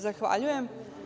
Zahvaljujem.